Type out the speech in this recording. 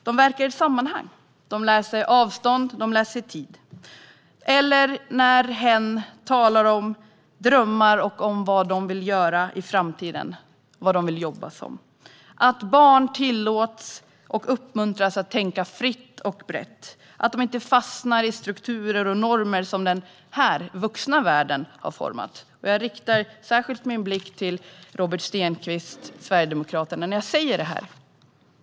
De verkar i ett sammanhang, och de lär sig avstånd och tid. Jag ser det när hen talar om drömmar och vad hen vill jobba som i framtiden. Jag ser det också när barn tillåts och uppmuntras att tänka fritt och brett, och när de inte fastnar i strukturer och normer som den vuxna världen har format. Jag riktar min blick särskilt till Robert Stenkvist från Sverigedemokraterna när jag säger detta.